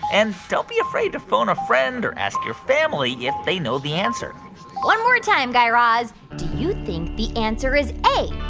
and don't be afraid to phone a friend or ask your family if they know the answer one more time, guy raz. do you think the answer is a,